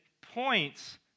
points